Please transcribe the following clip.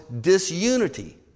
disunity